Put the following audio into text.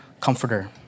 comforter